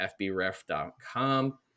fbref.com